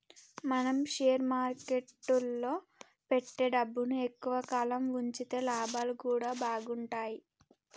మనం షేర్ మార్కెట్టులో పెట్టే డబ్బుని ఎక్కువ కాలం వుంచితే లాభాలు గూడా బాగుంటయ్